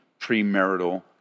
premarital